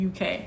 UK